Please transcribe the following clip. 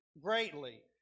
greatly